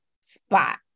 spot